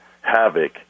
havoc